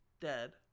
Dead